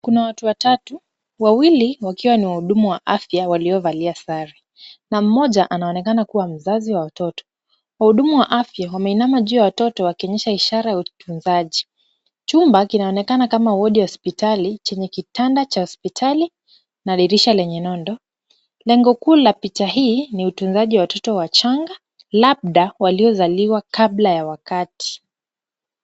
Kuna watu watatu wawili wakiwa ni wahudumu wa afya waliovalia sare na mmoja anaonekana kuwa ni mzazi wa watoto. Wahudumu wa afya wameinama juu ya watoto wakionyesha ishara ya utunzaji. Chumba kinaonekana kama wodi ya hospitali chenye kitanda cha hospitali na dirisha lenye nondo. Lengo kuu la picha hii ni utunzaji ya watoto wachanga labda waliozaliwa kabla ya wakati.